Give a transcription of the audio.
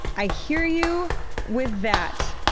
i hear you with that!